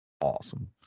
awesome